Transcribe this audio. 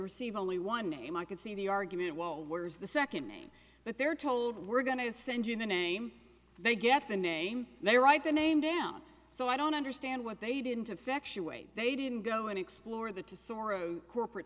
receive only one name i can see the argument won't where's the second name but they're told we're going to send you the name they get the name they write the name down so i don't understand what they didn't effectuate they didn't go and explore the to soros corporate